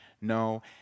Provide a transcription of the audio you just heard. No